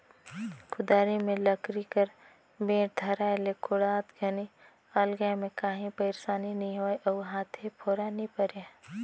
कुदारी मे लकरी कर बेठ धराए ले कोड़त घनी अलगाए मे काही पइरसानी नी होए अउ हाथे फोरा नी परे